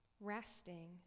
resting